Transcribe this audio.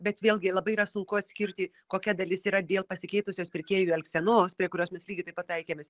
bet vėlgi labai yra sunku atskirti kokia dalis yra dėl pasikeitusios pirkėjų elgsenos prie kurios mes lygiai taip taikėmės